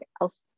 else